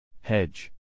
Hedge